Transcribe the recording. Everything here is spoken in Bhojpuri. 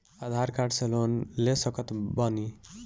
आधार कार्ड से लोन ले सकत बणी?